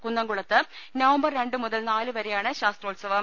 കുന്നംകുളത്ത് നവംബർ രണ്ടു മുതൽ നാലുവരെയാണ് ശാസ്ത്രോത്സവം